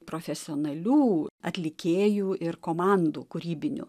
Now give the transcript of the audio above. profesionalių atlikėjų ir komandų kūrybinių